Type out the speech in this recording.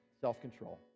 self-control